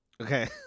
Okay